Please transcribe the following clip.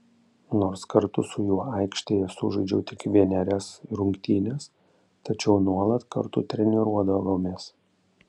nors kartu su juo aikštėje sužaidžiau tik vienerias rungtynes tačiau nuolat kartu treniruodavomės